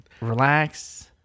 relax